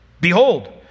behold